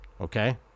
okay